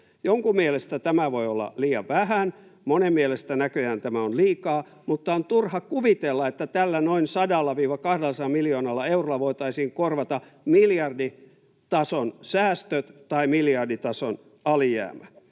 Jonkun mielestä tämä voi olla liian vähän, monen mielestä näköjään tämä on liikaa, mutta on turha kuvitella, että tällä noin 100—200 miljoonalla eurolla voitaisiin korvata miljarditason säästöt tai miljarditason alijäämä.